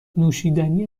نوشیدنی